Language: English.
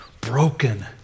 broken